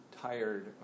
tired